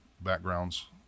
backgrounds